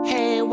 Hey